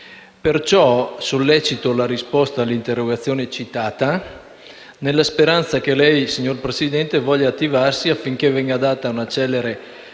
Perciò sollecito la risposta all'interrogazione citata, nella speranza che lei, signora Presidente, voglia attivarsi affinché venga data una celere